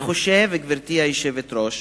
אני חושב, גברתי היושבת-ראש,